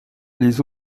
les